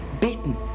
beaten